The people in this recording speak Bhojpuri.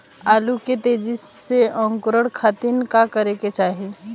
आलू के तेजी से अंकूरण खातीर का करे के चाही?